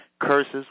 curses